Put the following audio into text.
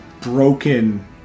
broken